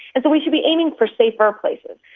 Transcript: and so we should be aiming for safer places.